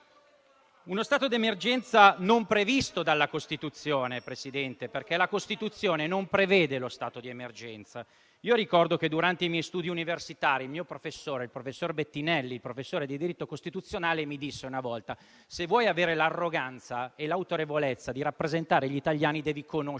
Uno stato di emergenza non previsto dalla Costituzione, signor Presidente, perché la Costituzione non prevede lo stato di emergenza. Ricordo che durante gli studi universitari il mio professore di diritto costituzionale, il professor Bettinelli, mi disse una volta: «Se vuoi avere l'arroganza e l'autorevolezza di rappresentare gli italiani, devi conoscere